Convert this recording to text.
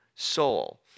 soul